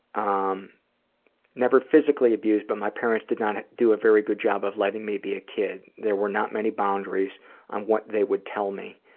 um never physically abused, but my parents did not do a very good job of letting me be a kid. there were not many boundaries on what they would tell me.